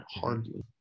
hardly